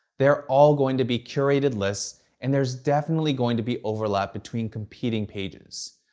they're all going to be curated lists and there's definitely going to be overlap between competing pages.